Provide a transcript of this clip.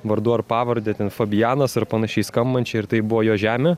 vardu ar pavarde ten fabijanas ar panašiai skambančiai ir tai buvo jo žemė